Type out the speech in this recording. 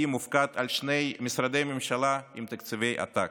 מופקד על שני משרדי הממשלה עם תקציבי עתק,